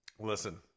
Listen